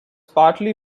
partly